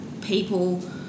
people